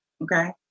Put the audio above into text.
okay